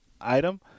item